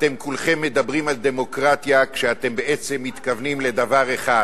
אתם כולכם מדברים על דמוקרטיה כשאתם בעצם מתכוונים לדבר אחד: